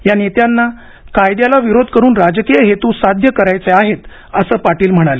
या नेत्यांना कायद्याला विरोध करून राजकीय हेतू साध्य करायचे आहेत असं पाटील म्हणाले